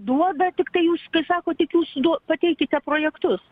duoda tiktai jūs sako tik jūs duo pateikite projektus